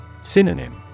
Synonym